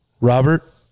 Robert